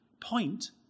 point